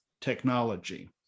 technology